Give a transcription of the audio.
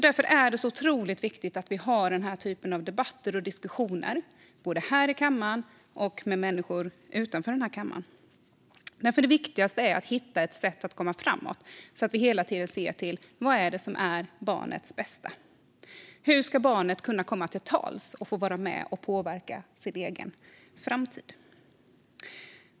Därför är det otroligt viktigt att vi har den här typen av debatter och diskussioner, både här i kammaren och med människor utanför den här kammaren. Det viktigaste är att hitta ett sätt att komma framåt så att vi hela tiden ser till: Vad är det som är barnets bästa? Hur ska barnet kunna komma till tals och få vara med och påverka sin egen framtid?